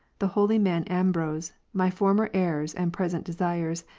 the holy man ambrose, my former errors and present desires,